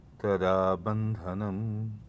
Tadabandhanam